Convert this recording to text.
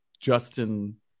justin